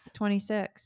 26